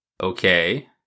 Okay